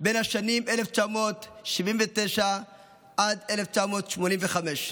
בשנים 1979 1985,